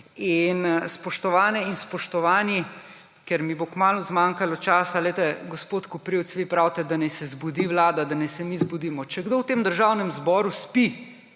Spoštovane in spoštovani! Ker mi bo kmalu zmanjkalo časa, poglejte, gospod Koprivc, vi pravite, da naj se zbudi vlada, da naj se mi zbudimo. Če kdo v tem državnem zboru spi,